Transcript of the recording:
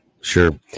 Sure